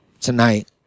tonight